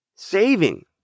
saving